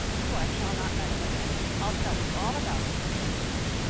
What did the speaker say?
so i shall not meddle again. i'll tell you all about it when we meet.